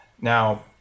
Now